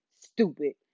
Stupid